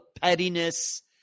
pettiness